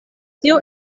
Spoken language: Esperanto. tio